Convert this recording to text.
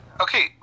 okay